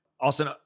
Austin